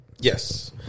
Yes